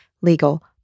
legal